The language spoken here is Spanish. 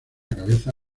cabeza